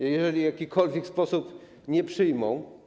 Jeżeli w jakikolwiek sposób nie przyjmą.